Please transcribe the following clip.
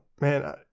man –